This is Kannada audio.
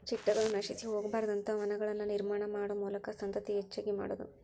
ಚಿಟ್ಟಗಳು ನಶಿಸಿ ಹೊಗಬಾರದಂತ ವನಗಳನ್ನ ನಿರ್ಮಾಣಾ ಮಾಡು ಮೂಲಕಾ ಸಂತತಿ ಹೆಚಗಿ ಮಾಡುದು